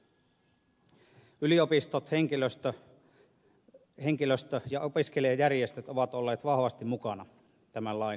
yliopistot henkilöstö ja opiskelijajärjestöt ovat olleet vahvasti mukana tämän lain valmistelutyössä